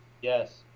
Yes